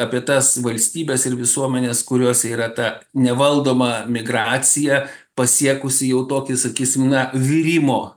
apie tas valstybes ir visuomenes kurios yra ta nevaldoma migracija pasiekusi jau tokį sakysim na virimo